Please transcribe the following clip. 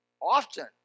often